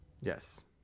Yes